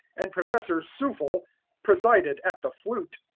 and professor sooffle presided at the flute.